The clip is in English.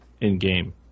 in-game